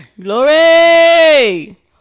glory